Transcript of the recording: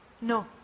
No